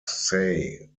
say